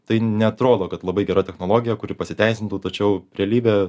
tai neatrodo kad labai gera technologija kuri pasiteisintų tačiau realybė